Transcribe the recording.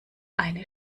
eine